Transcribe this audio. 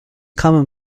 common